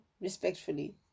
respectfully